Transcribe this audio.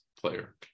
player